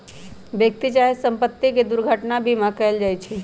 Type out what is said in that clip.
व्यक्ति चाहे संपत्ति के दुर्घटना बीमा कएल जाइ छइ